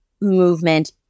movement